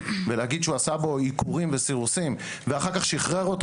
ולהגיד שהוא עשה בו עיקורים וסירוסים ואחר כך שיחרר אותו